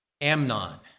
Amnon